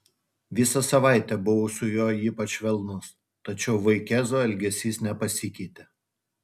visą savaitę buvau su juo ypač švelnus tačiau vaikėzo elgesys nepasikeitė